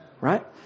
right